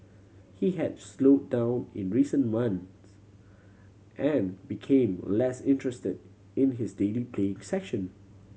he had slow down in recent months and became less interested in his daily playing session